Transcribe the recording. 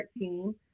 13